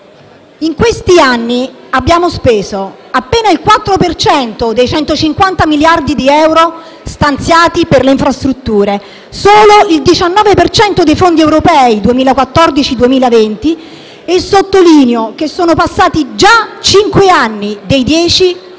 In questi anni abbiamo speso appena il 4 per cento dei 150 miliardi di euro stanziati per le infrastrutture e solo il 19 per cento dei fondi europei 2014-2020 (e sottolineo che sono passati già cinque dei